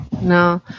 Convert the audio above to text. No